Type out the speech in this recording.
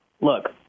Look